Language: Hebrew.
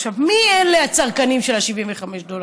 עכשיו, מי אלה הצרכנים של ה-75 דולר?